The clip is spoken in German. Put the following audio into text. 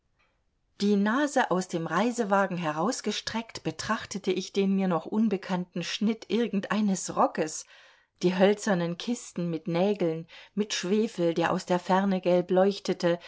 die nase aus dem reisewagen herausgesteckt betrachtete ich den mir noch unbekannten schnitt irgendeines rockes die hölzernen kisten mit nägeln mit schwefel der aus der ferne gelb leuchtete